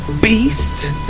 beast